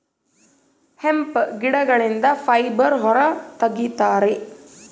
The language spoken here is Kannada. ಹೆಂಪ್ ಗಿಡಗಳಿಂದ ಫೈಬರ್ ಹೊರ ತಗಿತರೆ